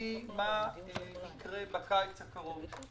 מה יקרה בקיץ הקרוב.